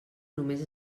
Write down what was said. només